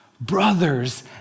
brothers